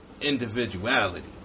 individuality